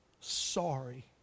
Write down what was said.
Sorry